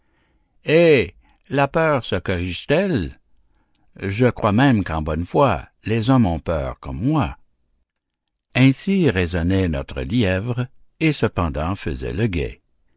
eh la peur se corrige-t-elle je crois même qu'en bonne foi les hommes ont peur comme moi ainsi raisonnait notre lièvre et cependant faisait le guet